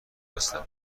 هستم